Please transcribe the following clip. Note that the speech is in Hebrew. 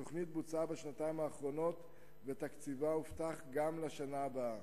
התוכנית בוצעה בשנתיים האחרונות ותקציבה הובטח גם לשנה הבאה.